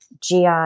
GI